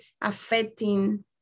affecting